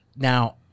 Now